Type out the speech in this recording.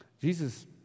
Jesus